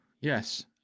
Yes